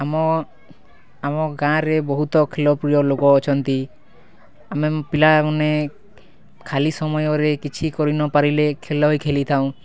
ଆମ ଆମ ଗାଁରେ ବହୁତ ଖେଲପ୍ରିୟ ଲୋକ ଅଛନ୍ତି ଆମେ ପିଲାମାନେ ଖାଲି ସମୟରେ କିଛି କରି ନ ପାରିଲେ ଖେଲ ହି ଖେଲିଥାଉଁ